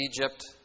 Egypt